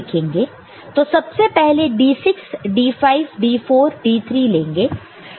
तो सबसे पहले D6 D5 D4 D3 लेंगे